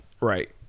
Right